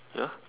ya